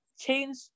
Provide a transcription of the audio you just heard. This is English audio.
change